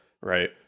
right